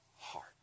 heart